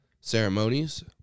ceremonies